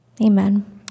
Amen